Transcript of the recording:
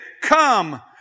come